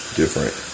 different